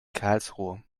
karlsruhe